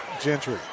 Gentry